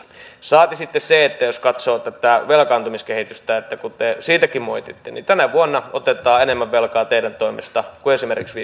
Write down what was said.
saati sitten se että jos katsoo tätä velkaantumiskehitystä ja kun te siitäkin moititte niin tänä vuonna otetaan enemmän velkaa teidän toimestanne kuin esimerkiksi viime vuonna